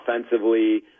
offensively